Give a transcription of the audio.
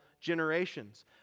generations